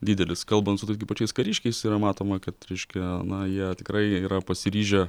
didelis kalbant su taigi pačiais kariškiais yra matoma kad reiškia na jie tikrai yra pasiryžę